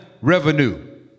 revenue